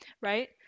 right